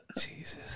Jesus